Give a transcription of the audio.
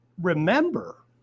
remember